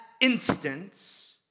instance